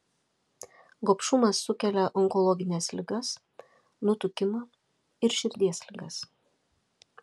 gobšumas sukelia onkologines ligas nutukimą ir širdies ligas